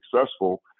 successful